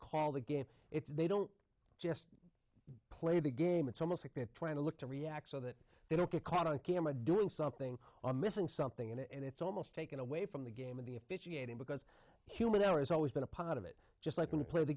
call the game it's they don't just played the game it's almost like they're trying to look to react so that they don't get caught on camera doing something on missing something and it's almost taken away from the game of the officiating because human error has always been a part of it just like when to play the